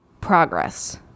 progress